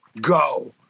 go